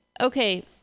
Okay